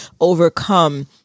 overcome